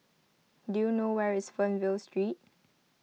do you know where is Fernvale Street